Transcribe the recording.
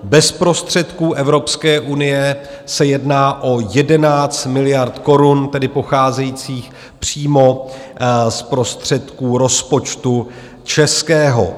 Bez prostředků Evropské unie se jedná o 11 miliard korun, tedy pocházejících přímo z prostředků rozpočtu českého.